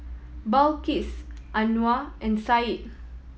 Balqis Anuar and Syed